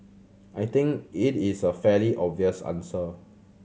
I think it is a fairly obvious answer